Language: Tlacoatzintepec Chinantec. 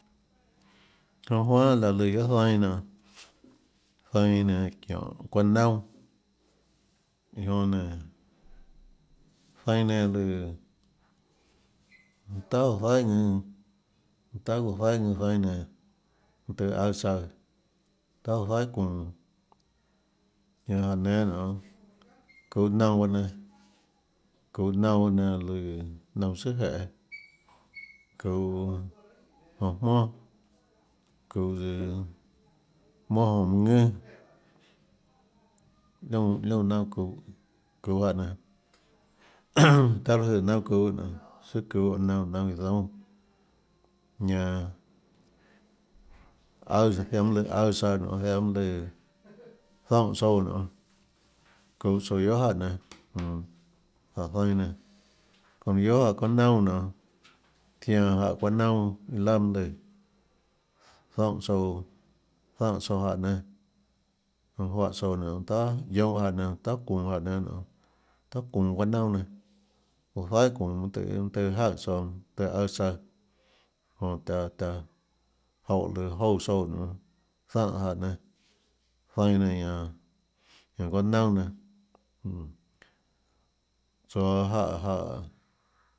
Jonã juanhà láhã lùã guiohà zainâ nonê zainã nénâ çióhå çuaâ naunà iã jonã nénå zianâ nénâ lùã manã tahà guã zaihà ðùnâ tahà guã zainã ðùnâzainâ nénâ mønâ tùhå aíâ tsaøã tahà çuuã zaihà çuunå jñanã jáhã nénâ nonê çuuhå naunã paâ nénâ çuuhå naunã paâ nénâ lùã naunã tsùà jeê çuuh jonhå jmonà çuuhå tsøã jmonà jonhå mønã ðønà liónã liónã naunã çuhå çuhå jáhã nénâ taã l/hå jøè naunã çuhå søã çuhå naunã naunã iã zoúnâ ñanã aùâs ziaã mønâ tøhê aùâs tsaøã zaiã mønâ lùã nonê zoúnhã tsouã nonê çuhå tsouã guiohà jáhã nénâ mm jáhã zainã nénâ çónhã guiohà jáhã çuaâ naunà nonê zianã jáhã çuaâ naunà iâ laà mønâ lùã zoúnhã tsouã zaùnhã tsouã jáhã nénâ jonã juáhã nénå tahà guiohâ jáhã nénâ tahà çuunå jáhã nénâ nonê tahà çuunå çuaâ naunà nénâ çuuã zaihà çuunå mønâ tøhê mønâ tøhêjaøè tsouã mønâ tøhê aùâ tsaøã jonã taã taã joúhå lùã joúã tsouã nonê zaùnhã jáhã nénâ zianã nénâ ñanã çuaâ naunà nénâ tsoå jáhã jáhã.